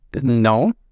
no